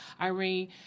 Irene